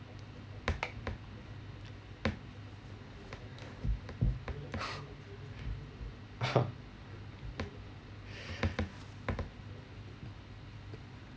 (uh huh)